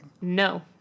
No